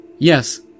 Yes